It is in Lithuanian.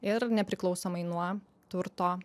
ir nepriklausomai nuo turto